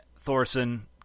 Thorson